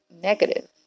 negative